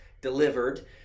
delivered